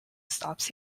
stops